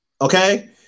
Okay